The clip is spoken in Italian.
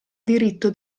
diritto